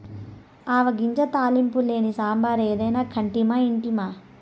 ఆవ గింజ తాలింపు లేని సాంబారు ఏదైనా కంటిమా ఇంటిమా